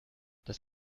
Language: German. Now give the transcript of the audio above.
das